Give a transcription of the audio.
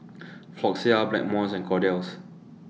Floxia Blackmores and Kordel's